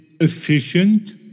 efficient